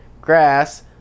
grass